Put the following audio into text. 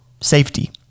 safety